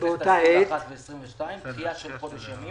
לכנסות ה-21 ו-22 דחייה של חודש ימים